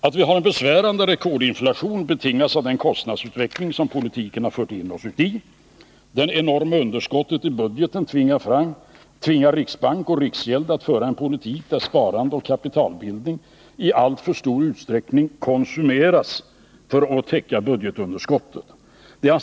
Att vi har en besvärande rekordinflation betingas av den kostnadsutveckling som politiken har fört oss in i. Det enorma underskottet i budgeten tvingar riksbanken och riksgälden att föra en politik där sparande och kapitalbildning i alltför stor utsträckning konsumeras för att täcka budgetunderskottet.